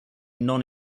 non